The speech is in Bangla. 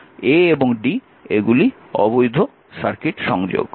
এবং a এবং d এগুলি অবৈধ সংযোগ